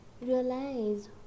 realize